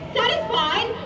satisfied